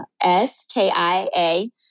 S-K-I-A